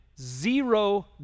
zero